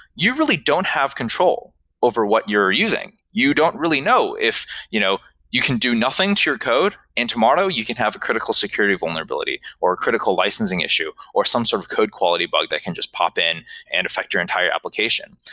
you really don't have control over what you're using. you don't really know if you know you can do nothing to your code and tomorrow you could have a critical security vulnerability, or a critical licensing issue, or some sort of code quality bug that can just pop in and affect your entire application.